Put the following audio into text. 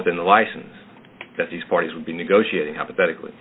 within the license that these parties would be negotiating hypothetically